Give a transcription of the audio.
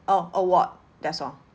oh award that's all